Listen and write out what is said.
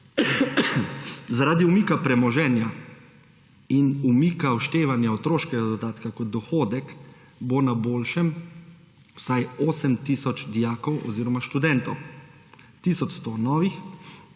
Zaradi umika premoženja in umika vštevanja otroškega dodatka kot dohodek bo na boljšem vsaj 8 tisoč dijakov oziroma študentov, tisoč 100 novih,